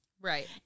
Right